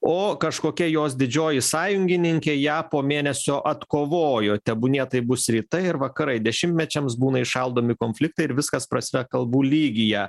o kažkokia jos didžioji sąjungininkė ją po mėnesio atkovojo tebūnie tai bus rytai ir vakarai dešimtmečiams būna įšaldomi konfliktai ir viskas prasideda kalbų lygyje